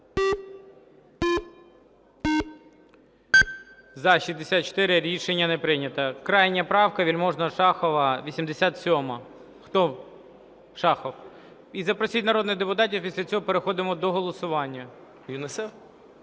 За-64 Рішення не прийнято. Крайня правка Вельможного, Шахова 87. Хто? Шахов. І запросіть народних депутатів, після цього переходимо до голосування.